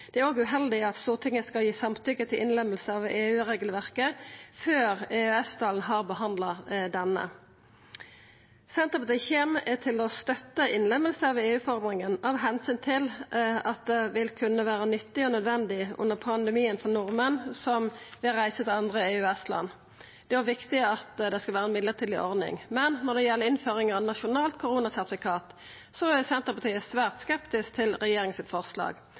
Det er òg uheldig at Stortinget skal gi samtykke til innlemming av EU-regelverket, før EØS-komiteen har behandla det. Senterpartiet kjem til å støtta innlemming av EU-forordninga av omsyn til at det under pandemien vil kunna vera nyttig og nødvendig for nordmenn som vil reisa til andre EØS-land. Det er òg viktig at det skal vera ei mellombels ordning. Men når det gjeld innføring av eit nasjonalt koronasertifikat, er Senterpartiet svært skeptisk til regjeringas forslag.